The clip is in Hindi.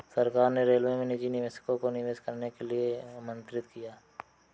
सरकार ने रेलवे में निजी निवेशकों को निवेश करने के लिए आमंत्रित किया